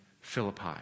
Philippi